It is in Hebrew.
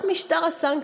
החזרת משטר הסנקציות,